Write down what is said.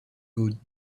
good